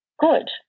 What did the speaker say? good